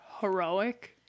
Heroic